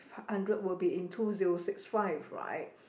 hundred will be in two zero six five right